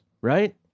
Right